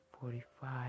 Forty-five